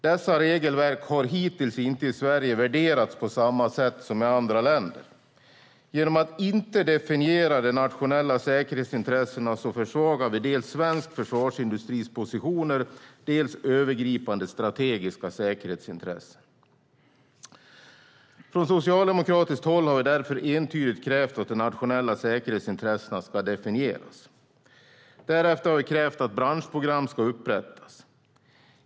Dessa regelverk har i Sverige hittills inte värderats på samma sätt som i andra länder. Genom att inte definiera de nationella säkerhetsintressena försvagar vi dels svensk försvarsindustris positioner, dels övergripande strategiska säkerhetsintressen. Från socialdemokratiskt håll har vi därför entydigt krävt att de nationella säkerhetsintressena ska definieras. Därefter har vi krävt att branschprogram ska upprättas.